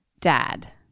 Dad